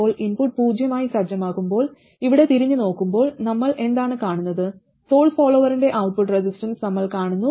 ഇപ്പോൾ ഇൻപുട്ട് പൂജ്യമായി സജ്ജമാക്കുമ്പോൾ ഇവിടെ തിരിഞ്ഞുനോക്കുമ്പോൾ നമ്മൾ എന്താണ് കാണുന്നത് സോഴ്സ് ഫോളോവറിന്റെ ഔട്ട്പുട്ട് റെസിസ്റ്റൻസ് നമ്മൾ കാണുന്നു